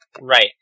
Right